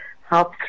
help